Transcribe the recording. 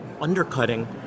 undercutting